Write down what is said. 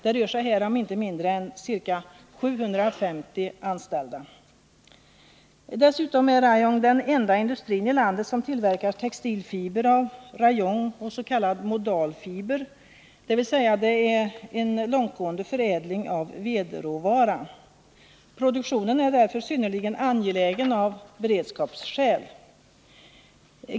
Det rör sig här om inte mindre än ca 750 anställda. Dessutom är Rayon den enda industrin i landet som tillverkar textilfiber av rayon och s.k. modalfiber, dvs. en långtgående förädling av vedråvara. Produktionen är därför synnerligen angelägen av beredskapsskäl.